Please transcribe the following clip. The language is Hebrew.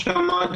כמו שגם אמרתי,